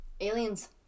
Aliens